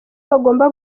bagomba